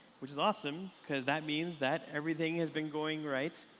which is awesome because that means that everything has been going right.